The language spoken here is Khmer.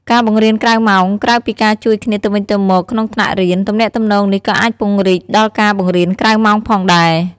ការបង្រៀនក្រៅម៉ោង ក្រៅពីការជួយគ្នាទៅវិញទៅមកក្នុងថ្នាក់រៀន ទំនាក់ទំនងនេះក៏អាចពង្រីកដល់ការបង្រៀនក្រៅម៉ោងផងដែរ